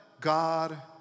God